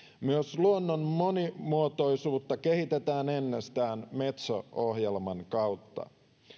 myös luonnon monimuotoisuutta kehitetään ennestään metso ohjelman kautta